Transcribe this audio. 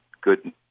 good